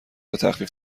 تخفیف